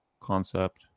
concept